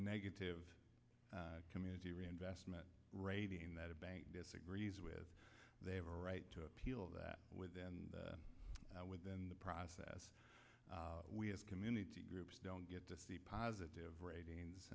negative community reinvestment rating that a bank disagrees with they have a right to appeal that with and within the process we have community groups don't get to see positive rating